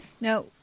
Now